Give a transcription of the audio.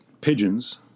pigeons